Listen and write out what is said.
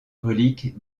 relique